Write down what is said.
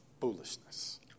foolishness